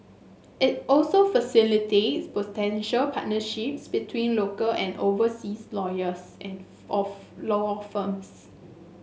it also facilitates potential partnerships between local and overseas lawyers at of lower firms